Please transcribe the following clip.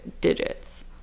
digits